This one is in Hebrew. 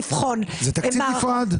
לבחון --- זה תקציב נפרד.